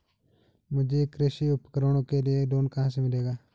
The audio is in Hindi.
मुझे कृषि उपकरणों के लिए लोन कहाँ से मिलेगा?